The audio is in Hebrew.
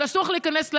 אסור לך להיכנס לעסק.